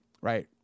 right